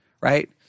right